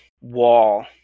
wall